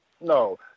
no